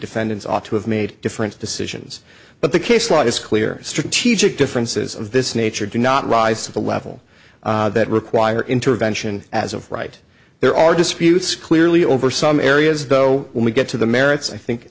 defendants ought to have made different decisions but the case law is clear strategic differences of this nature do not rise to the level that require intervention as of right there are disputes clearly over some areas though when we get to the merits i